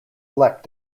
elect